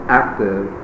active